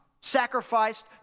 sacrificed